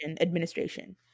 Administration